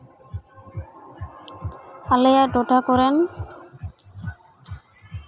ᱟᱞᱮᱭᱟᱜ ᱴᱚᱴᱷᱟ ᱠᱚᱨᱮᱱ